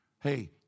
Hey